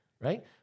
right